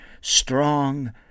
strong